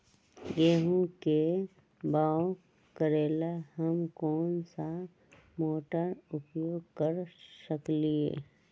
गेंहू के बाओ करेला हम कौन सा मोटर उपयोग कर सकींले?